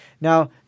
Now